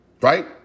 right